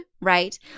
right